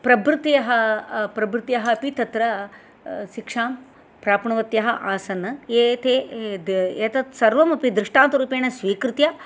प्रभृतयः प्रभृतयः अपि तत्र सिक्षां प्राप्नुवत्यः आसन् ये ते एतत् सर्वमपि दृष्टान्तरूपेण स्वीकृत्य